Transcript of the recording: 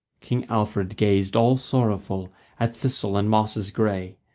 king alfred gazed all sorrowful at thistle and mosses grey,